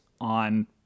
on